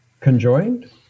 Conjoined